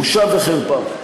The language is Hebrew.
בושה וחרפה.